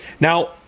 Now